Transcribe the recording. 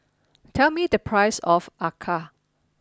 tell me the price of Acar